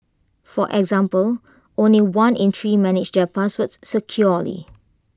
for example only one in three manage their passwords securely